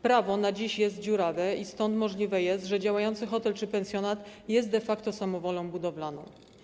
Prawo na dziś jest dziurawe i stąd możliwe jest, że działający hotel czy pensjonat jest de facto samowolą budowlaną.